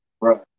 Right